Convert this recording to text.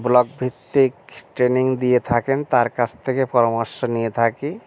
block ভিত্তিক training দিয়ে থাকেন তার কাছ থেকে পরামর্শ নিয়ে থাকি